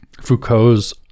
Foucault's